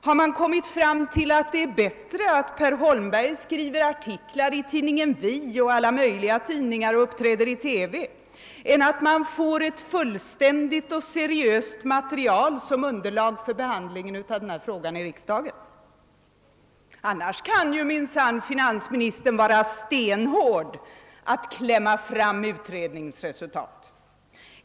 Har man funnit att det är bättre att Per Holmberg skriver artiklar i tidningen Vi och alla möjliga andra tidningar och uppträder i TV än att vi får ett fullständigt och seriöst material som underlag för behandling av den här viktiga frågan i riksdagen? Annars kan finansministern minsann vara stenhård när det gäller att klämma fram utredningsresultat.